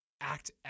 act